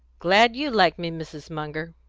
glad you like me, mrs. munger,